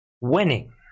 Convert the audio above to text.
winning